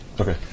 Okay